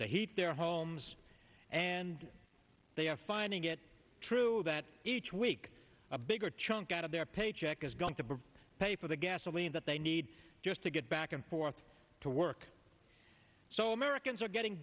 to heat their homes and they are finding it true that each week a bigger chunk out of their paycheck is going to pay for the gasoline that they need just to get back and forth to work so americans are getting